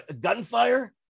gunfire